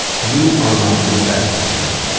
you are my new best friend.